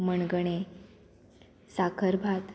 मणगणे साकरभात